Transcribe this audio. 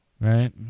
Right